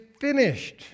finished